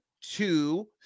two